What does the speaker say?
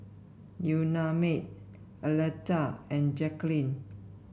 Unnamed Aleta and Jackeline